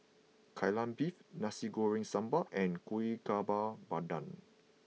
Kai Lan Beef Nasi Goreng Sambal and Kuih Bakar Pandan